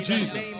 Jesus